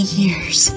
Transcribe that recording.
years